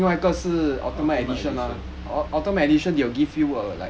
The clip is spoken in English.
ultimate edition